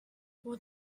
what